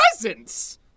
presents